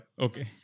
Okay